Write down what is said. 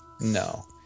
no